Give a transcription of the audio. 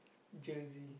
jersey